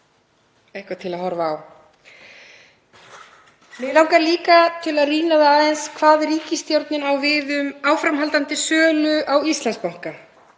eitthvað til að horfa á. Mig langar líka til að rýna aðeins hvað ríkisstjórnin á við um áframhaldandi sölu á Íslandsbanka.